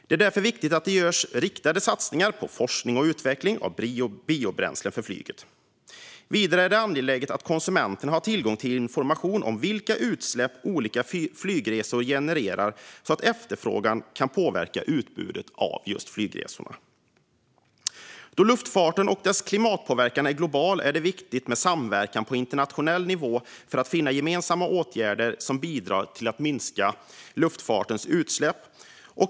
Det är därför viktigt att det görs riktade satsningar på forskning och utveckling av biobränsle för flyget. Vidare är det angeläget att konsumenterna har tillgång till information om vilka utsläpp olika flygresor genererar så att efterfrågan kan påverka utbudet av just flygresorna. Då klimatpåverkan från luftfarten är global är det viktigt med samverkan på internationell nivå för att finna gemensamma åtgärder som bidrar till att minska luftfartens utsläpp.